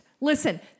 Listen